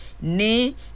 ne